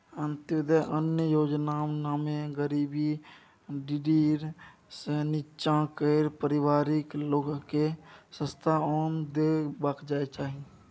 अंत्योदय अन्न योजनामे गरीबी डिडीर सँ नीच्चाँ केर परिबारक लोककेँ सस्ता ओन देल जाइ छै